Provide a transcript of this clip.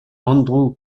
andrew